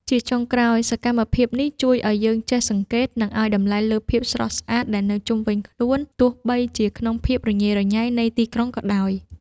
ជាចុងក្រោយ សកម្មភាពនេះជួយឱ្យយើងចេះសង្កេត និងឱ្យតម្លៃលើភាពស្រស់ស្អាតដែលនៅជុំវិញខ្លួន ទោះបីជាក្នុងភាពរញ៉េរញ៉ៃនៃទីក្រុងក៏ដោយ។